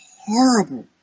horrible